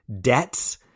debts